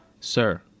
Sir